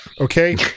Okay